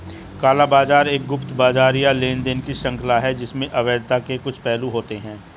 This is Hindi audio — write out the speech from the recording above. काला बाजार एक गुप्त बाजार या लेनदेन की श्रृंखला है जिसमें अवैधता के कुछ पहलू होते हैं